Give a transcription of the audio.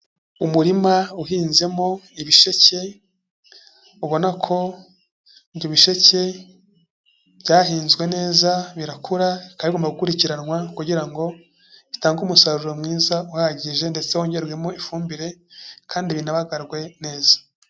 Umurima uhinzemo ibisheke, ubona ko ibyo bisheke byahinzwe neza birakura bikaba bigomba gukurikiranwa kugira ngo bitange umusaruro mwiza uhagije ndetse wongerwemo ifumbire kandi binabagarwe neza.